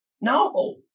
no